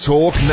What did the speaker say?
Talk